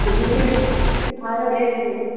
हँ ठीके छै अहाँके भेज देबय